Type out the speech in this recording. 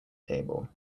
table